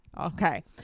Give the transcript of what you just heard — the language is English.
Okay